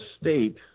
state